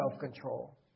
self-control